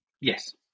yes